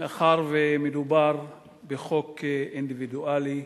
מאחר שמדובר בחוק אינדיבידואלי,